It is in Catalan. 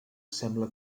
sembla